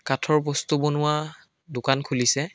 কাঠৰ বস্তু বনোৱা দোকান খুলিছে